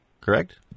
correct